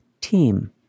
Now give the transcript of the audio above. team